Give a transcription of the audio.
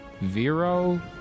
Vero